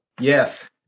Yes